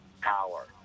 power